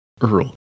Earl